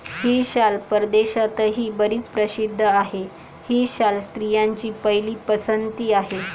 ही शाल परदेशातही बरीच प्रसिद्ध आहे, ही शाल स्त्रियांची पहिली पसंती आहे